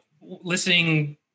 listening